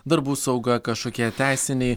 darbų sauga kažkokie teisiniai